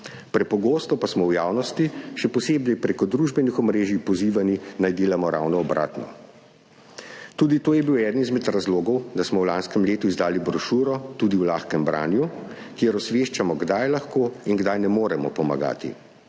prepogosto pa smo v javnosti, še posebej prek družbenih omrežij, pozivani, naj delamo ravno obratno. Tudi to je bil eden izmed razlogov, da smo v lanskem letu izdali brošuro, tudi v lahkem branju, kjer osveščamo, kdaj lahko in kdaj ne moremo pomagati.